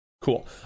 Cool